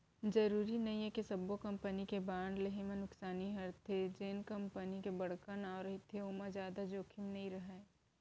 जरूरी नइये कि सब्बो कंपनी के बांड लेहे म नुकसानी हरेथे, जेन कंपनी के बड़का नांव रहिथे ओमा जादा जोखिम नइ राहय